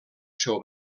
seu